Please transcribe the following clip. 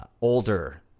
older